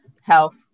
health